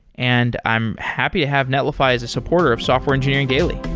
and i'm happy to have netlify as a supporter of software engineering daily